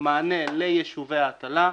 מענה ליישובי הטלה.